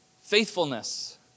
Faithfulness